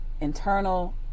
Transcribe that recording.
internal